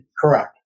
Correct